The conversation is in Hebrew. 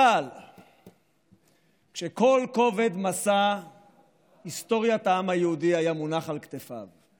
אבל כשכל כובד משא היסטוריית העם היהודי היה מונח על כתפיו,